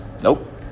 Nope